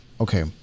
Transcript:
okay